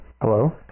hello